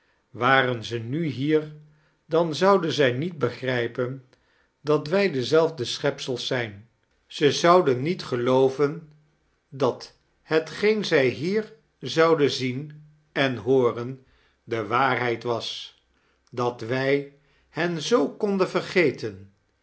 waren ze nu hier dan zouden zij niet begrijpen dat wij dezelfde schepsels zijn ze zouden niet gelooven dat hetgeen zij hier zouden zien en hoorem de waarheid was dat wij hen zoo konden vergeten